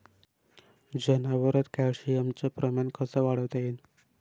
जनावरात कॅल्शियमचं प्रमान कस वाढवता येईन?